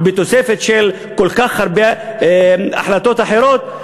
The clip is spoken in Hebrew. בתוספת כל כך הרבה החלטות אחרות,